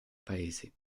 paesi